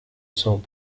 sont